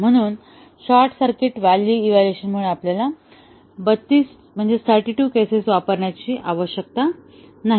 म्हणून short circuit value इव्हाल्युएशनमुळे आपल्याला 32 केसेस वापरण्याची आवश्यकता नाही